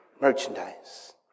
merchandise